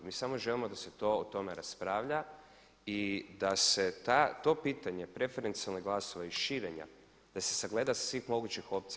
Mi samo želimo da se o tome raspravlja i da se to pitanje preferencijalnih glasova i širenja da se sagleda sa svih mogućih opcija.